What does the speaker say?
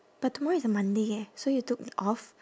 but tomorrow is a monday eh so you took off